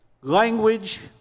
language